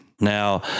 Now